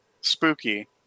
spooky